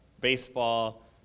baseball